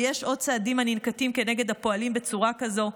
ויש עוד צעדים הננקטים נגד הפועלים בצורה כזאת.